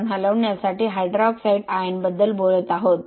आपण हलविण्यासाठी हायड्रॉक्साईड आयनबद्दल बोलत आहोत